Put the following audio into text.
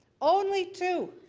only two.